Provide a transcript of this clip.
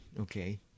Okay